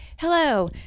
hello